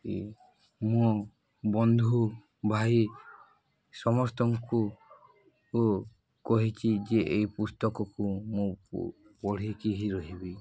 ମୋ ବନ୍ଧୁ ଭାଇ ସମସ୍ତଙ୍କୁ କହିଛି ଯେ ଏଇ ପୁସ୍ତକକୁ ମୁଁ ପଢ଼ିକି ହିଁ ରହିବି